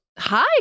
Hi